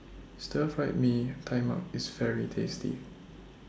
Stir Fried Mee Tai Mak IS very tasty